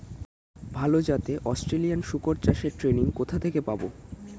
ভালো জাতে অস্ট্রেলিয়ান শুকর চাষের ট্রেনিং কোথা থেকে পাব?